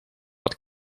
wat